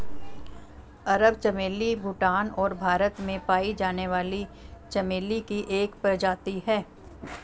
अरब चमेली भूटान और भारत में पाई जाने वाली चमेली की एक प्रजाति है